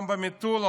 גם במטולה,